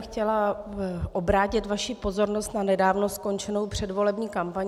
Chtěla bych jen obrátit vaši pozornost na nedávno skončenou předvolební kampaň.